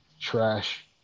Trash